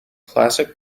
classic